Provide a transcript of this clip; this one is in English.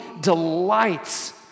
delights